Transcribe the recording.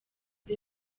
the